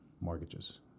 mortgages